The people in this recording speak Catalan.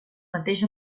mateix